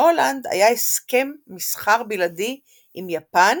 להולנד היה הסכם מסחר בלעדי עם יפן